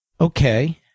Okay